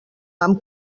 vam